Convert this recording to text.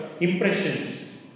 impressions